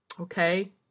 Okay